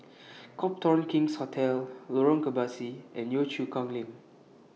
Copthorne King's Hotel Lorong Kebasi and Yio Chu Kang LINK